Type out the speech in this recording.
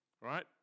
Right